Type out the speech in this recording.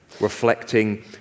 reflecting